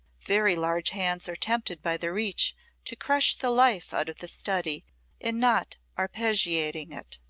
very large hands are tempted by their reach to crush the life out of the study in not arpeggiating it.